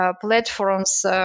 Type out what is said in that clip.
platforms